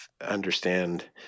understand